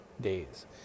days